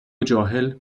جاهل